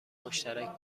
مشترک